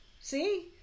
see